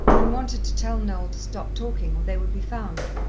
and wanted to tell noel to stop talking, or they would be found,